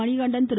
Manikandan Thiru